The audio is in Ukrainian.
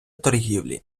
торгівлі